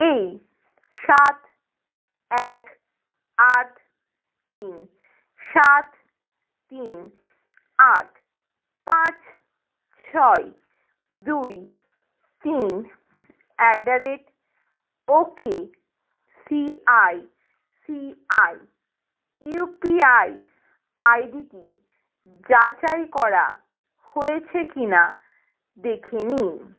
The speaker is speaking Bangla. এই সাত এক আট তিন সাত তিন আট পাঁচ ছয় দুই তিন at the rate okay C I C I UPI আইডিটি যাচাই করা হয়েছে কিনা দেখে নিন